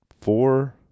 four